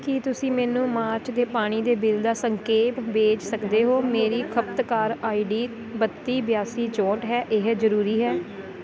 ਕੀ ਤੁਸੀਂ ਮੈਨੂੰ ਮਾਰਚ ਦੇ ਪਾਣੀ ਦੇ ਬਿੱਲ ਦਾ ਸੰਖੇਪ ਭੇਜ ਸਕਦੇ ਹੋ ਮੇਰੀ ਖ਼ਪਤਕਾਰ ਆਈ ਡੀ ਬੱਤੀ ਬਿਆਸੀ ਚੌਂਹਠ ਹੈ ਇਹ ਜ਼ਰੂਰੀ ਹੈ